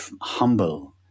humble